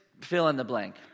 fill-in-the-blank